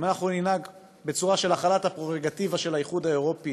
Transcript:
אם אנחנו ננהג בצורה של החלת הדירקטיבה של האיחוד האירופי